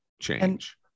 change